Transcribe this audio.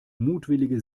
mutwillige